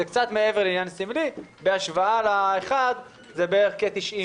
זה קצת מעבר לעניין סמלי בהשוואה ל-1 זה בערך כ-90 מיליון שקל.